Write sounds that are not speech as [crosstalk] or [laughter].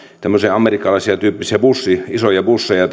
tämmöisiä amerikkalaisen tyyppisiä busseja [unintelligible]